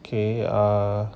okay uh